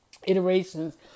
iterations